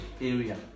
area